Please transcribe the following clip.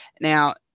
Now